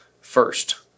first